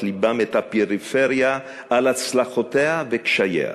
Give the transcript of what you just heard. לבם את הפריפריה על הצלחותיה וקשייה.